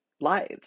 lives